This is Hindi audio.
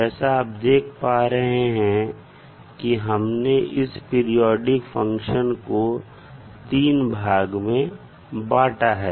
जैसा आप देख पा रहे हैं कि हमने इस पीरियाडिक फंक्शन को 3 भाग में बांटा है